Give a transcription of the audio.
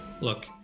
look